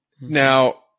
Now